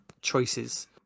choices